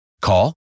Call